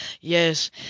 Yes